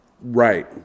Right